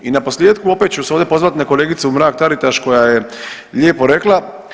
I na posljetku opet ću se ovdje pozvat na kolegicu Mrak Taritaš koja je lijepo rekla.